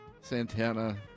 Santana